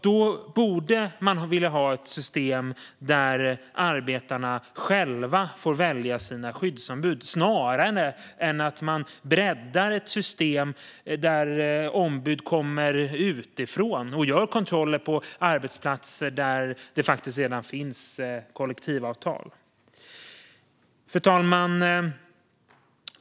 Då borde man vilja ha ett system där arbetarna själva får välja sina skyddsombud snarare än att man breddar ett system där ombuden kommer utifrån och gör kontroller på arbetsplatser där det redan finns kollektivavtal. Fru talman!